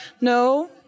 no